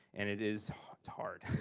and it is, it's hard